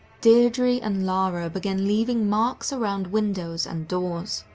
deidre and lara began leaving marks around windows and doors.